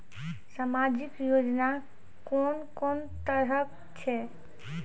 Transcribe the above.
समाजिक योजना कून कून तरहक छै?